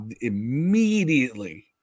immediately